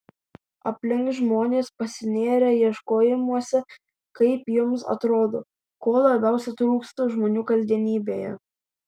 aplink žmonės pasinėrę ieškojimuose kaip jums atrodo ko labiausiai trūksta žmonių kasdienybėje